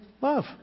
love